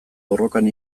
borrokan